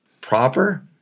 proper